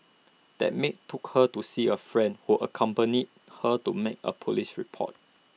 that maid took her to see A friend who accompanied her to make A Police report